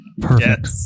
perfect